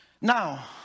Now